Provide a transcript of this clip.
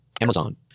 Amazon